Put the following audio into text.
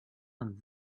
and